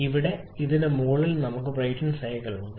ഇവിടെ ഇതിന് മുകളിൽ നമുക്ക് ബ്രൈറ്റൺ സൈക്കിൾ ഉണ്ട്